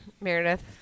Meredith